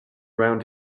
around